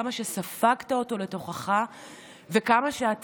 כמה ספגת אותו לתוכך וכמה אתה